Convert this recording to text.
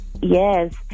Yes